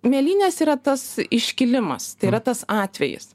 mėlynės yra tas iškilimas tai yra tas atvejis